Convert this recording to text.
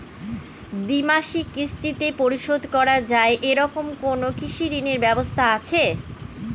দ্বিমাসিক কিস্তিতে পরিশোধ করা য়ায় এরকম কোনো কৃষি ঋণের ব্যবস্থা আছে?